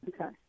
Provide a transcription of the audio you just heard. Okay